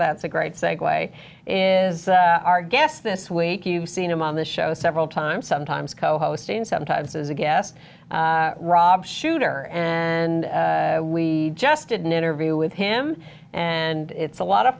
that's a great segue in is our guest this week you've seen him on the show several times sometimes co hosting sometimes as a guest rob shuter and we just didn't interview with him and it's a lot of